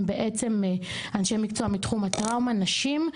הם בעצם אנשי מקצוע מתחום הטראומה נשים.